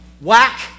Whack